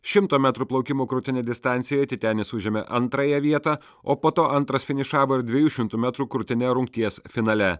šimto metrų plaukimo krūtine distancijoj titenis užėmė antrąją vietą o po to antras finišavo ir dviejų šimtų metrų krūtine rungties finale